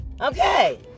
okay